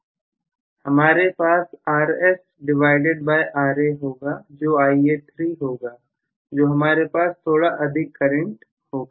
हमारे पास Rs divided by Ra होगा जो Ia3 होगा तो हमारे पास थोड़ा अधिक करंट होगा